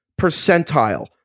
percentile